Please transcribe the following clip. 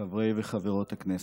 חברי וחברות הכנסת,